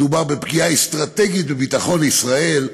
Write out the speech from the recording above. מדובר בפגיעה אסטרטגית בביטחון ישראל.